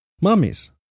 mummies